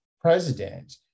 president